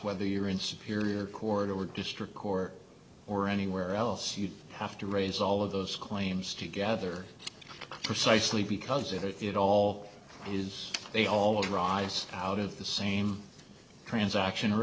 whether you're in superior court or district court or anywhere else you have to raise all of those claims together precisely because if it all is they all arise out of the same transaction or